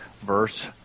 Verse